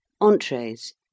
Entrees